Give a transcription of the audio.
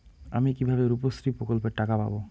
আমি কিভাবে রুপশ্রী প্রকল্পের টাকা পাবো?